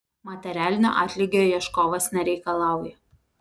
materialinio atlygio ieškovas nereikalauja